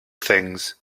things